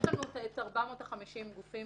יש לנו 450 גופים